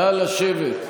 נא לשבת.